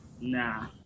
Nah